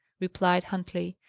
replied huntley.